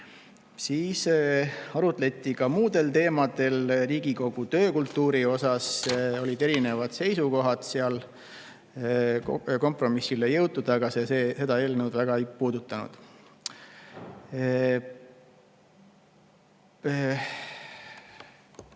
Siis arutleti ka muudel teemadel. Riigikogu töökultuuri osas olid erinevad seisukohad, seal kompromissile ei jõutud, aga see seda eelnõu väga ei puudutanud.